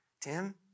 Tim